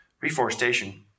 reforestation